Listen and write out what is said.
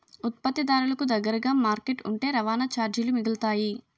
ఉత్పత్తిదారులకు దగ్గరగా మార్కెట్ ఉంటే రవాణా చార్జీలు మిగులుతాయి